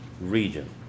region